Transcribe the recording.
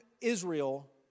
Israel